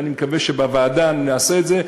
ואני מקווה שבוועדה נעשה את זה,